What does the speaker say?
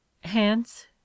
hence